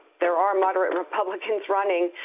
there are moderate republicans running,